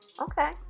Okay